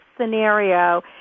scenario